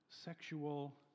sexual